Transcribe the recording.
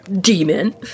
demon